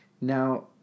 Now